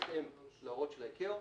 בהתאם להוראות של ה-ICAO,